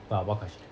what what question